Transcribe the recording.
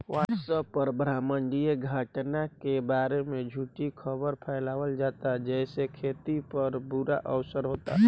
WhatsApp पर ब्रह्माण्डीय घटना के बारे में झूठी खबर फैलावल जाता जेसे खेती पर बुरा असर होता